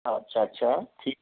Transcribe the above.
अच्छा अच्छा अच्छा ठीक है